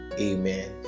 Amen